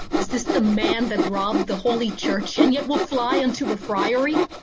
is this the man that robbed the holy church, and yet will fly unto a friary?